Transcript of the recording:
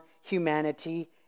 humanity